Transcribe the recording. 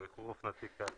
באיחור אופנתי קל.